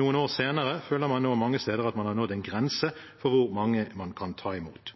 Noen år senere føler man nå mange steder at man har nådd en grense for hvor mange man kan ta imot.